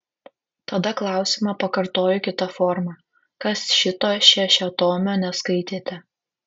tada klausimą pakartoju kita forma kas šito šešiatomio neskaitėte